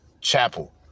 Chapel